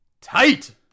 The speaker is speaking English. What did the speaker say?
tight